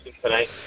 tonight